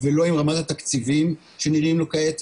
ולא עם רמת התקציבים שנראים לו כעת.